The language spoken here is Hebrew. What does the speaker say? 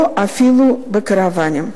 או אפילו בקרוונים.